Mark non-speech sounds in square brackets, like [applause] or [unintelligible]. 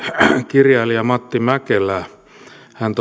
kirjailija matti mäkelää hän [unintelligible]